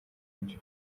byo